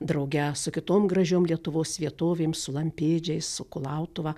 drauge su kitom gražiom lietuvos vietovėm lampėdžiais su kulautuva